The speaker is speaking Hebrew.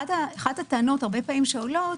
אחת הטענות שעולות,